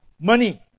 money